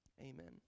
amen